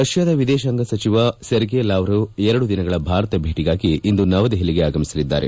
ರಷ್ಲಾದ ವಿದೇಶಾಂಗ ಸಚಿವ Sergey Lavrov ಎರಡು ದಿನಗಳ ಭಾರತ ಭೇಟಿಗಾಗಿ ಇಂದು ನವದೆಹಲಿಗೆ ಆಗಮಿಸಲಿದ್ದಾರೆ